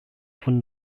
von